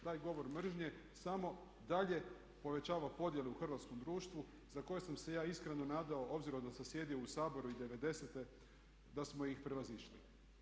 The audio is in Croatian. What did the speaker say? Taj govor mržnje samo dalje povećava podjele u hrvatskom društvu za koje sam se ja iskreno nadao obzirom da sam sjedio u Saboru i '90. da smo ih prevazišli.